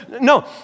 No